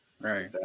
Right